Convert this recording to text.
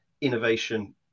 innovation